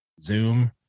zoom